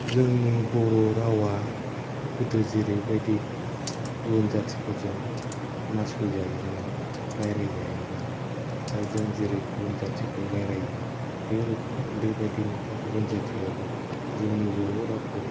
जोंनि बर' रावा गोदो जेरैबायदि गुबुन जातिफोरजों नासयजायोमोन रायज्लायजायामोन दा जों जेरै गुबुन जातिखौ रायज्लायो बे रोखोम बेबादि दा गुबुन जातियाबो जोंनि बर' रावखौ